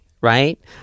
right